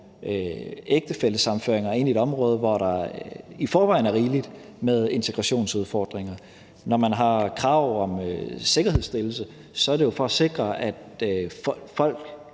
ægtefællesammenføringer ind i et område, hvor der i forvejen er rigeligt med integrationsudfordringer. Når man har krav om sikkerhedsstillelse, er det jo for at sikre, at